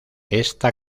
esta